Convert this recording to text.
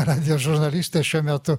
radijo žurnalistė šiuo metu